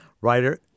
writer